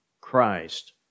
Christ